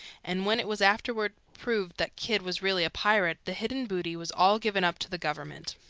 and when it was afterwards proved that kidd was really a pirate the hidden booty was all given up to the government.